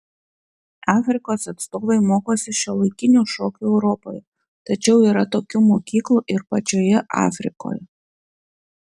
afrikos atstovai mokosi šiuolaikinio šokio europoje tačiau yra tokių mokyklų ir pačioje afrikoje